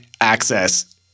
access